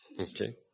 Okay